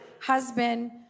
husband